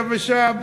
יבשה,